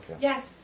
yes